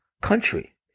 country